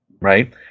right